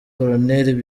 col